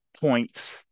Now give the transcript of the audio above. points